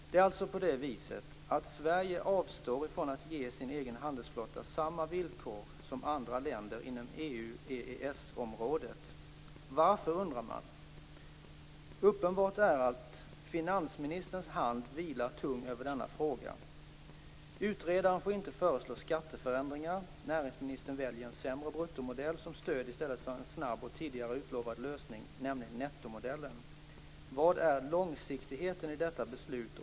Det är alltså på det viset att Sverige avstår ifrån att ge sin egen handelsflotta samma villkor som andra länder inom EU/EES-området. Varför? undrar man. Uppenbart är att finansministerns hand vilar tung över denna fråga. Utredaren får inte föreslå skatteförändringar. Näringsministern väljer en sämre bruttomodell som stöd i stället för en snabb och tidigare utlovad lösning, nämligen nettomodellen. Var är långsiktigheten i detta beslut?